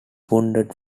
wounded